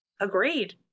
Agreed